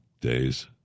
days